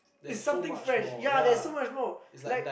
it's something fresh ya there's so much more